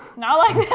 not like